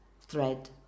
thread